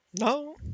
No